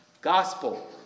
Gospel